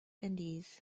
indies